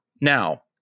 Now